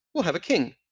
we'll have a king.